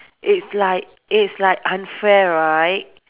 it is like it is like unfair right